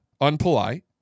unpolite